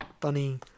Funny